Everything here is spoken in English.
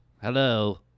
Hello